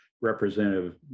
Representative